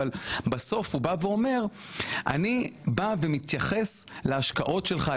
אבל בסוף הוא בא ואומר אני בא ומתייחס להשקעות שלך,